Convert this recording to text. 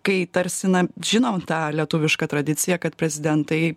kai tarsi na žinant tą lietuvišką tradiciją kad prezidentai